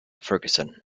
ferguson